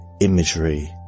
imagery